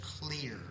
clear